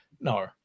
no